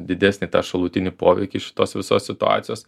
didesnį tą šalutinį poveikį šitos visos situacijos